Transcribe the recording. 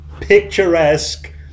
Picturesque